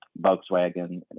Volkswagen